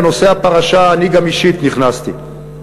בנושא "הפרשה" אני גם נכנסתי אישית,